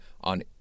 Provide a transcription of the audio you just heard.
on